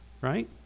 right